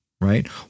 right